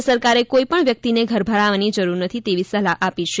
રાજ્ય સરકારે કોઇપણ વ્યક્તિને ગભરાવાની જરૂર નથી તેવી સલાહ આપી છે